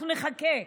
אנחנו נחכה,